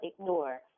ignore